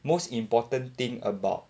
most important thing about